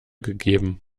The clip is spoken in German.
gegeben